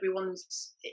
everyone's